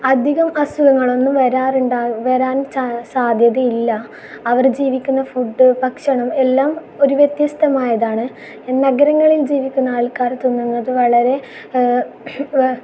അധികം അസുഖങ്ങൾ ഒന്നും വരാറിണ്ടാ വരാൻ സാധ്യത ഇല്ല അവർ ജീവിക്കുന്ന ഫുഡ് ഭക്ഷണം എല്ലാം ഒരു വ്യത്യസ്തമായതാണ് ഈ നഗരങ്ങളിൽ ജീവിക്കുന്ന ആൾക്കാർ തിന്നുന്നത് വളരെ